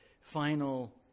final